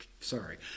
Sorry